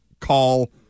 call